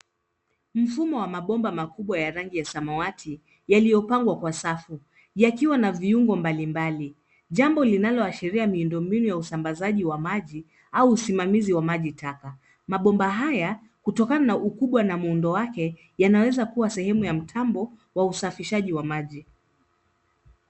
Mfumo wa mabomba makubwa ya rangi ya samawati yaliyopangwa kwa safu yakiwa na viungo mbali mbali. Jambo linaloashiria miundo mbinu ya usambazaji wa maji au usimamizi wa majitaka. Mabomba haya kutokana na ukubwa na muundo wake yanaweza kuwa sehemu ya mtambo wa usafishaji wa maji.